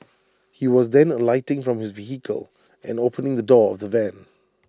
he was then see alighting from his vehicle and opening the door of the van